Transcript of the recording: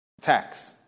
tax